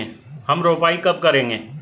हम रोपाई कब करेंगे?